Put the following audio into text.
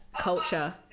culture